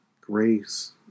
grace